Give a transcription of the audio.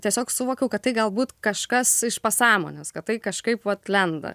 tiesiog suvokiau kad tai galbūt kažkas iš pasąmonės kad tai kažkaip vat lenda